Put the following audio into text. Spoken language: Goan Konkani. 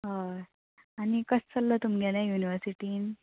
हय आनी कशे चललां तुमगेलें युनिवर्सिटीन